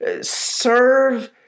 serve